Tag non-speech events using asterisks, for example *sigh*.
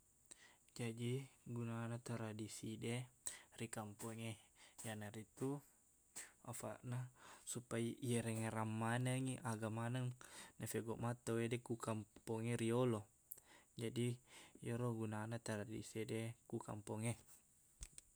Jaji gunana tradisi de ri kampongnge *noise* iyanaritu afaqna supai iyerengngerrang manengngi aga maneng nafegoq maneng tauwede ku kampongnge riyolo jadi iyero gunana tradisi de ku kampongnge